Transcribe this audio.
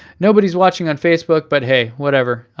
nobody's watching on facebook, but hey, whatever,